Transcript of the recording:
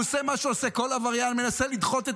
הוא עושה מה שעושה כל עבריין: מנסה לדחות את